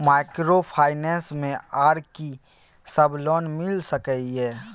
Microfinance मे आर की सब लोन मिल सके ये?